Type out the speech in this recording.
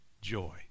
joy